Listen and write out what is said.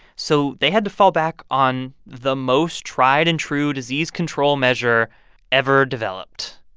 so they had to fall back on the most tried and true disease control measure ever developed.